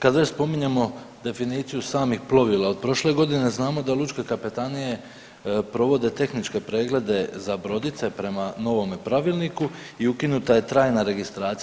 Kad već spominjemo definiciju samih plovila od prošle godine znamo da lučke kapetanije provode tehničke preglede za brodice prema novome Pravilniku i ukinuta je trajna registracija.